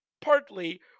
partly